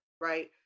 right